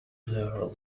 plural